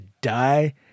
die